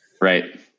right